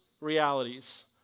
realities